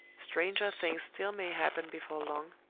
stranger things still may happen before long,